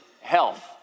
health